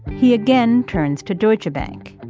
he again turns to deutsche bank.